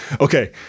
Okay